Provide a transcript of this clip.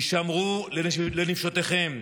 הישמרו לנפשותיכם,